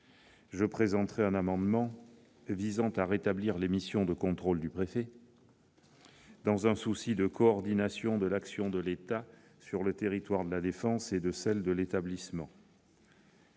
Je présenterai un amendement visant à rétablir les missions de contrôle du préfet, dans un souci de coordination de l'action de l'État sur le territoire de La Défense et de celle de l'établissement.